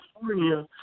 California